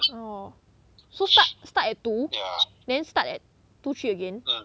oh so start start at two then start at two three again